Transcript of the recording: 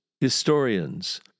historians